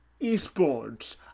esports